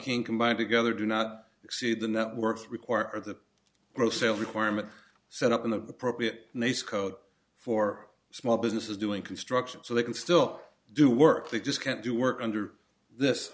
can combine together do not exceed the networks require the rosales requirement set up in the appropriate they scout for small businesses doing construction so they can still do work they just can't do work under this